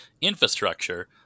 infrastructure